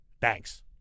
thanks